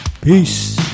peace